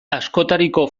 askotariko